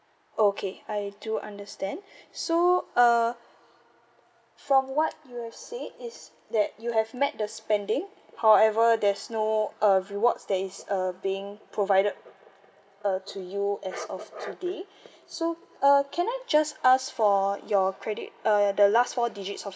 okay I do understand so uh from what you are said is that you have met the spending however there's no uh rewards that is uh being provided uh to you as of today so uh can I just ask for your credit uh the last four digits of